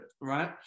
right